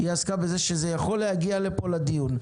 היא עסקה בזה שזה יכול להגיע לפה, לדיון.